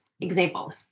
example